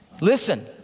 listen